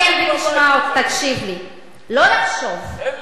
כי אין לך עוד הרבה, לא תהיי בבית הזה.